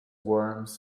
worms